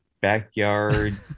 backyard